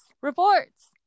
reports